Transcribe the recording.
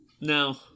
No